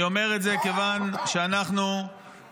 אני אומר את זה כיוון שאנחנו טעינו.